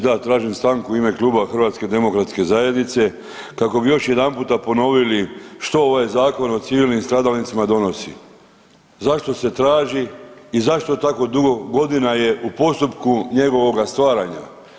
Da tražim stanku u ime kluba HDZ-a kako bi još jedanput ponovili što ovaj Zakon o civilnim stradalnicima donosi, zašto se traži i zašto tako dugo godina je u postupku njegovoga stvaranja.